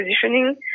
positioning